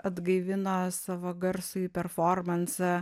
atgaivino savo garsųjį performansą